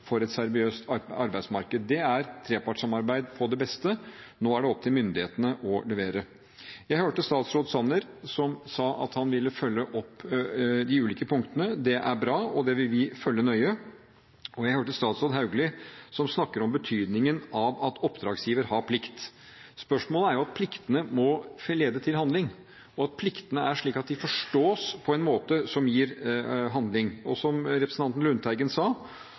for et seriøst arbeidsmarked. Det er trepartssamarbeid på det beste. Nå er det opp til myndighetene å levere. Jeg hørte statsråd Sanner si at han ville følge opp de ulike punktene. Det er bra, og det vil vi følge nøye. Jeg hørte også statsråd Hauglie snakke om betydningen av at oppdragsgiver har plikter. Saken er at pliktene må lede til handling, og pliktene må være slik at de forstås på en måte som gir handling. Og som representanten Lundteigen sa,